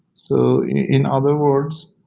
so in other words,